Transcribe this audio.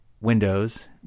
windows